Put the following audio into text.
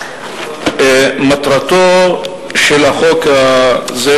מטרתו של החוק הזה,